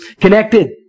connected